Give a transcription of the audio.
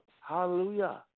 Hallelujah